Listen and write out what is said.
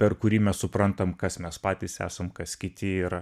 per kurį mes suprantam kas mes patys esam kas kiti yra